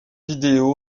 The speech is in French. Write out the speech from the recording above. vidéo